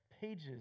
pages